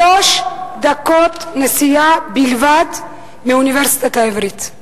שלוש דקות נסיעה בלבד מהאוניברסיטה העברית.